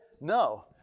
No